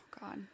God